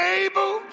able